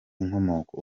inkomoko